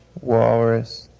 walrus